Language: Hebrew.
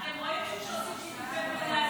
אתם רואים שכשעושים שיתופי פעולה,